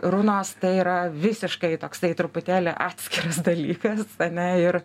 runos tai yra visiškai toksai truputėlį atskiras dalykas ane ir